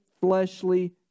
fleshly